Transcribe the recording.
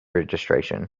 registration